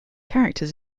characters